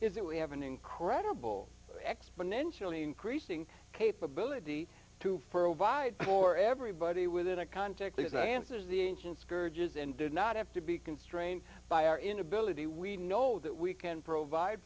that we have an incredible exponentially increasing capability to for ovide for everybody within a context that answers the ancient scourges and did not have to be constrained by our inability we know that we can provide